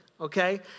Okay